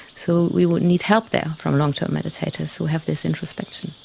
so we would need help there from long term meditators who have this introspection.